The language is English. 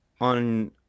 on